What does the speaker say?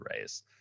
race